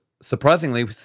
Surprisingly